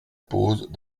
pose